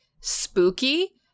spooky